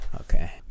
Okay